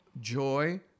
joy